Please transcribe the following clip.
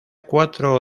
cuatro